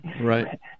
right